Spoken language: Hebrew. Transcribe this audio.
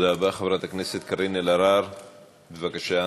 חברת הכנסת קארין אלהרר, בבקשה.